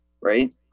Right